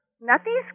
Nothing's